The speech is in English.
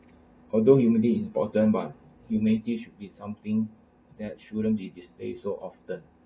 although humility is important but humility should be something that shouldn't be displayed so often